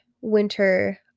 winter